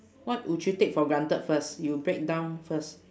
what would you take for granted first you break down first